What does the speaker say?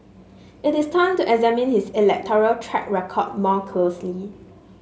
it is time to examine his electoral track record more closely